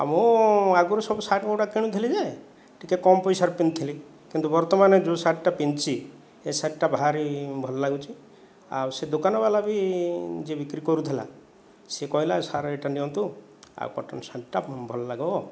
ଆଉ ମୁଁ ଆଗରୁ ସବୁ ଶାର୍ଟ ଗୁଡ଼ା କିଣୁଥିଲି ଯେ ଟିକେ କମ ପଇସାରେ ପିନ୍ଧୁଥିଲି କିନ୍ତୁ ବର୍ତ୍ତମାନ ଯେଉଁ ଶାର୍ଟଟା ପିନ୍ଧିଛି ଏ ଶାର୍ଟଟା ଭାରି ଭଲ ଲାଗୁଛି ଆଉ ସେ ଦୋକାନବାଲା ବି ଯିଏ ବିକ୍ରି କରୁଥିଲା ସେ କହିଲା ଆଉ ସାର୍ ଏହିଟା ନିଅନ୍ତୁ ଆଉ କଟନ୍ ଶାର୍ଟଟା ଭଲ ଲାଗିବ